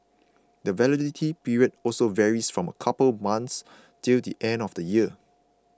the validity period also varies from a couple of months till the end of the year